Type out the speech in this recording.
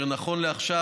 נכון לעכשיו,